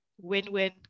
win-win